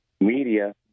media